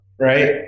right